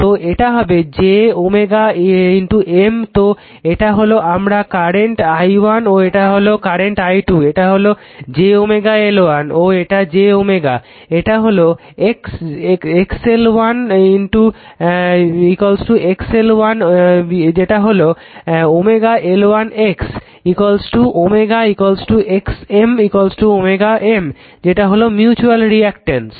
তো এটা হবে j M ও এটা হলো আমার কারেন্ট i1 ও এটা হলো i 2 ও এটা হলো j L1 ও এটা j এটা হলো x L1 x x L1 is L1 x is ও x M w M যেটা হলো মিউচুয়াল রিঅ্যাকটেন্স